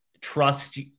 Trust